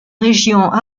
régions